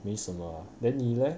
没什么 then 你 leh